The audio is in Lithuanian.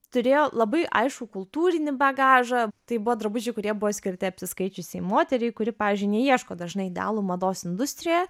turėjo labai aiškų kultūrinį bagažą tai buvo drabužiai kurie buvo skirti apsiskaičiusiai moteriai kuri pavyzdžiui neieško dažnai idealų mados industrijoje